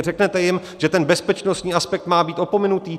Řeknete jim, že ten bezpečnostní aspekt má být opomenutý?